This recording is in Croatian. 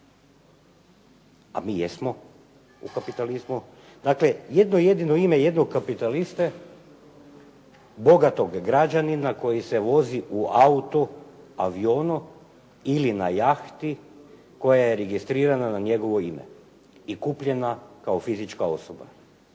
a mi jesmo u kapitalizmu, dakle jedno jedino ime jednog kapitaliste, bogatog građanina koji se vozi u autu, avionu ili na jahti koja je registrirana na njegovo ime i kupljena kao fizička osoba.